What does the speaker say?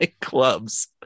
clubs